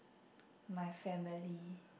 my family